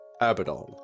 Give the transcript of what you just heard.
Abaddon